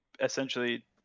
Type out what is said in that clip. essentially